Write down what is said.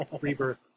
Rebirth